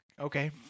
Okay